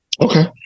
Okay